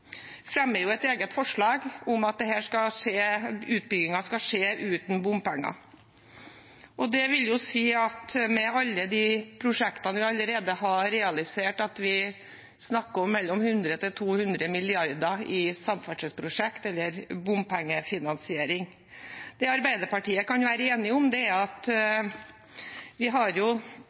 fremmer et eget forslag, at utbyggingen skal skje uten bompenger. Det vil jo si, med alle de prosjektene vi allerede har realisert, at vi snakker om mellom 100 og 200 mrd. kr i samferdselsprosjekter, eller bompengefinansiering. Det Arbeiderpartiet kan være enig i, er at vi i forbindelse med at vi har